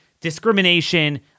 discrimination